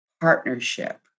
partnership